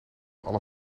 alle